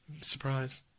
Surprise